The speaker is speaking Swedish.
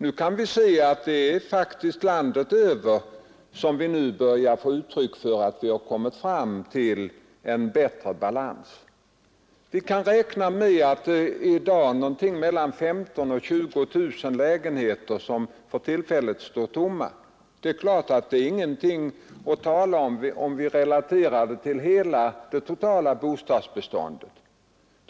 Nu kan vi se att vi landet över börjar få uttryck för att vi kommit fram till en bättre balans. I dag står mellan 15 000 och 20 000 lägenheter tomma. Det är naturligtvis ingenting att tala om, om vi tar hänsyn till det totala bostadsbeståndet.